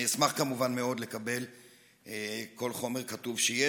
אשמח מאוד, כמובן, לקבל כל חומר כתוב שיש.